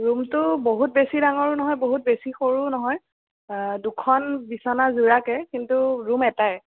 ৰুমটো বহুত বেছি ডাঙৰো নহয় বহুত বেছি সৰুও নহয় দুখন বিছনা জোৰাকৈ কিন্তু ৰুম এটাই